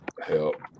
help